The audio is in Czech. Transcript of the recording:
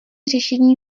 řešení